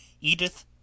Edith